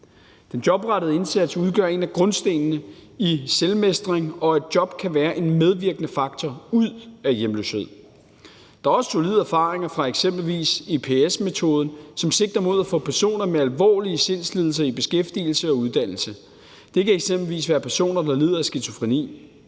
Den jobrettede indsats udgør en af grundstene i selvmestring, og et job kan være en medvirkende faktor ud af hjemløshed. Der er også gjort solide erfaringer fra eksempelvis i IPS-metoden, som sigter mod at få personer med alvorlige sindslidelser i beskæftigelse og uddannelse. Det kan eksempelvis være personer, der lider af skizofreni.